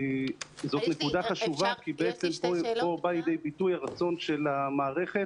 זאת נקודה חשובה כי בעצם פה בא לידי ביטוי הרצון של המערכת